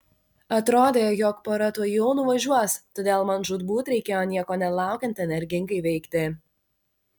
atrodė jog pora tuojau nuvažiuos todėl man žūtbūt reikėjo nieko nelaukiant energingai veikti